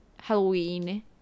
Halloween